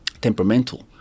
temperamental